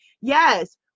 Yes